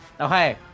Okay